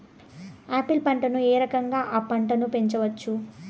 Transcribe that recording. Apple పంటను ఏ రకంగా అ పంట ను పెంచవచ్చు?